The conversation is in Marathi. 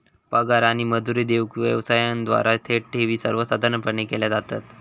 पगार आणि मजुरी देऊक व्यवसायांद्वारा थेट ठेवी सर्वसाधारणपणे केल्या जातत